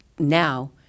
now